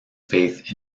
faith